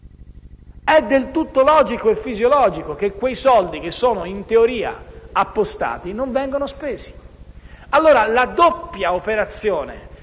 è del tutto logico e fisiologico che quei soldi, in teoria appostati, non vengano spesi. Pertanto, la doppia operazione